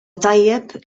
tajjeb